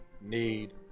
need